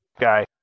Guy